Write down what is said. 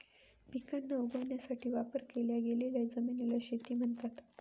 पिकांना उगवण्यासाठी वापर केल्या गेलेल्या जमिनीला शेती म्हणतात